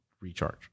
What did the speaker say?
recharge